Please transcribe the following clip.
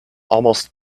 almost